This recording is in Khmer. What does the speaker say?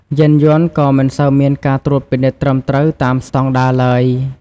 យានយន្តក៏មិនសូវមានការត្រួតពិនិត្យត្រឹមត្រូវតាមស្តង់ដារឡើយ។